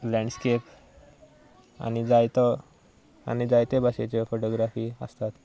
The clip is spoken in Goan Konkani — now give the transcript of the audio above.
लँडस्केप आनी जायतो आनी जायते भाशेच्यो फोटोग्राफी आसतात